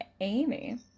Amy